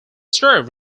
served